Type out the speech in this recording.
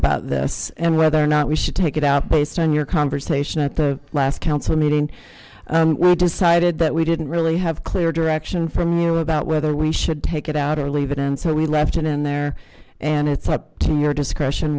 about this and whether or not we should take it out based on your conversation at the last council meeting and decided that we didn't really have clear direction from you about whether we should take it out or leave it and so we left it in there and it's up to your discretion